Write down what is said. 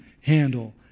handle